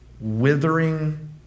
withering